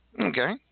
Okay